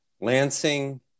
Lansing